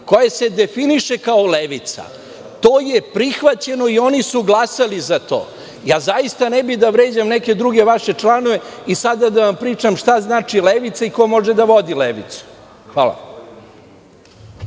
koja se definiše kao levica to prihvaćeno i oni su glasali za to. Zaista ne bih da vređam neke druge vaše članove i sada da vam pričam šta znači levica i ko može da vodi levicu. Hvala.